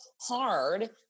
hard